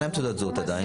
אין להם תעודת זהות עדיין.